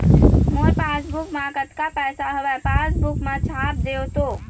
मोर passbook मा कतका पैसा हवे पासबुक मा छाप देव तो?